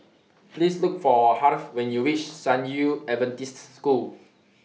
Please Look For Harve when YOU REACH San Yu Adventist School